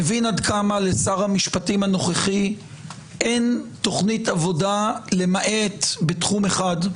מבין עד כמה לשר המשפטים הנוכחי אין תוכנית עבודה למעט בתחום אחד,